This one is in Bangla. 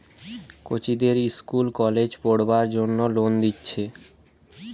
কচিদের ইস্কুল কলেজে পোড়বার জন্যে লোন দিচ্ছে